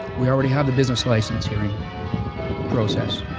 we already have the business license hearing process.